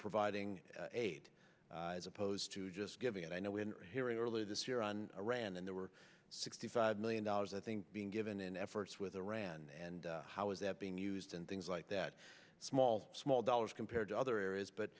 providing aid as opposed to just giving and i know we're hearing early this year on iran and there were sixty five million dollars i think being given in efforts with iran and how is that being used and things like that small small dollars compared to other areas but